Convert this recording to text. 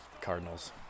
Cardinals